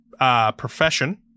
Profession